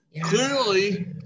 Clearly